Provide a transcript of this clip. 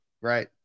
Right